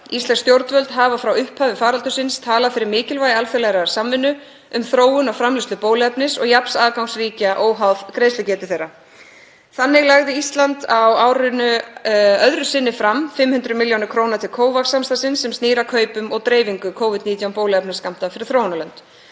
Íslensk stjórnvöld hafa frá upphafi faraldursins talað fyrir mikilvægi alþjóðlegrar samvinnu um þróun og framleiðslu bóluefnis og jafns aðgangs ríkja óháð greiðslugetu þeirra. Þannig lagði Ísland á árinu öðru sinni fram 500 millj. kr. til COVAX-samstarfsins sem snýr að kaupum og dreifingu Covid-19 bóluefnaskammta fyrir þróunarlönd.